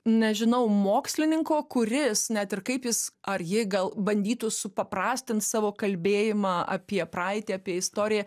nežinau mokslininko kuris net ir kaip jis ar ji gal bandytų supaprastint savo kalbėjimą apie praeitį apie istoriją